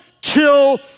kill